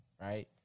right